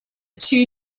two